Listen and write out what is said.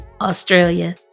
Australia